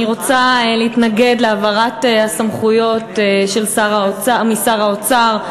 אני רוצה להתנגד להעברת הסמכויות משר האוצר.